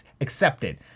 accepted